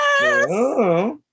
Yes